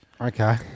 Okay